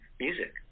music